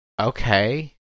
okay